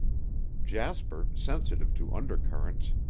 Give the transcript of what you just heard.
jasper, sensitive to undercurrents,